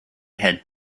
had